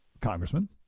congressman